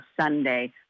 Sunday